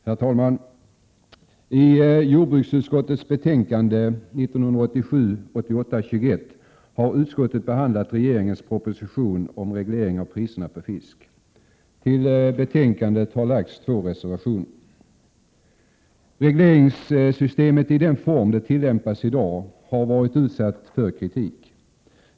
Herr talman! I jordbruksutskottets betänkande 1987/88:21 har utskottet behandlat regeringens proposition om reglering av priserna på fisk. Till betänkandet har fogats 2 reservationer. Regleringssystemet i den form det tillämpas i dag har varit utsatt för kritik.